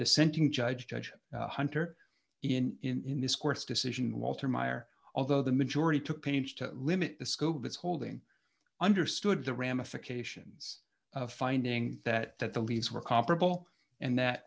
dissenting judge judge hunter in in this court's decision walter meier although the majority took pains to limit the scope of its holding understood the ramifications of finding that that the leads were comparable and that